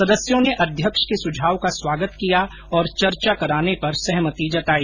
सदस्यों ने अध्यक्ष के सुझाव का स्वागत किया और चर्चा कराने पर सहमति जताई